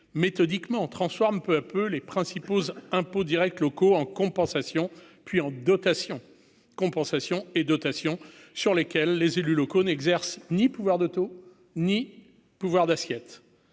méthodiquement transforme peu à peu les principaux impôts Directs locaux en compensation, puis en dotation compensation et dotations sur lesquels les élus locaux n'exerce ni pouvoir de taux ni pouvoir d'assiettes